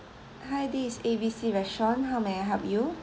hi this is A B C restaurant how may I help you